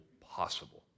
possible